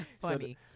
Funny